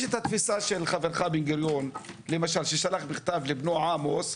יש התפיסה של חברך- -- ששלח מכתב לבנו עמוס,